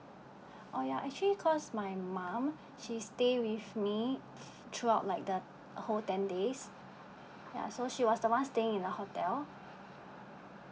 oh ya actually cause my mum she stay with me throughout like the whole ten days ya so she was the one staying in the hotel